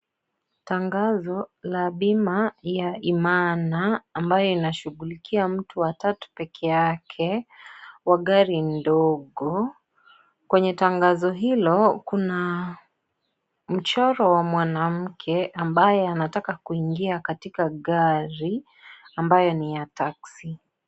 Tangazo ya bima ya imana, ambayo inashughulikia mtu wa tatu pekee yake wa gari ndogo. Mwenye tangazo hili kuna picha ya mwanamke ambaye anataka kuingia katika gari, ambayo ni ya taxi.